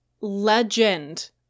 legend